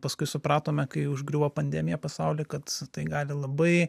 paskui supratome kai užgriuvo pandemija pasaulį kad tai gali labai